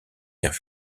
gains